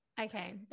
okay